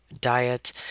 diet